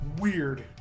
weird